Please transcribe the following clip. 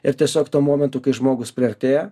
ir tiesiog tuo momentu kai žmogus priartėja